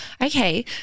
Okay